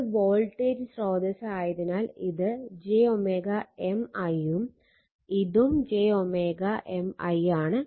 ഇത് വോൾട്ടേജ് സ്രോതസ്സ് ആയതിനാൽ ഇത് j M i ഉം ഇതും j M i ആണ്